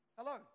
Hello